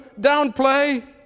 downplay